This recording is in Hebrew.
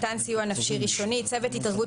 הצעת חוק צוותי התערבות